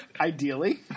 Ideally